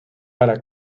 para